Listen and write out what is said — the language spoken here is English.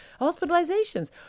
Hospitalizations